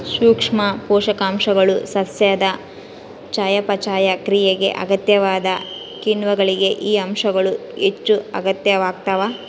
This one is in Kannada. ಸೂಕ್ಷ್ಮ ಪೋಷಕಾಂಶಗಳು ಸಸ್ಯದ ಚಯಾಪಚಯ ಕ್ರಿಯೆಗೆ ಅಗತ್ಯವಾದ ಕಿಣ್ವಗಳಿಗೆ ಈ ಅಂಶಗಳು ಹೆಚ್ಚುಅಗತ್ಯವಾಗ್ತಾವ